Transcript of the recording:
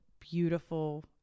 beautiful